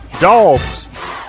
dogs